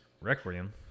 Requiem